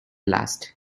last